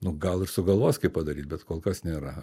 nu gal ir sugalvos kaip padaryt bet kol kas nėra